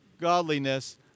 godliness